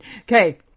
Okay